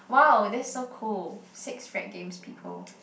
wow that's so cool six rec games people